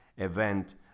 event